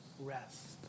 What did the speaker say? rest